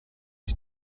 ich